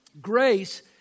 Grace